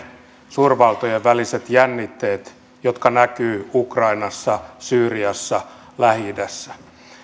suurvaltojen väliset jännitteet jotka näkyvät ukrainassa syyriassa lähi idässä